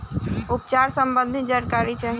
उपचार सबंधी जानकारी चाही?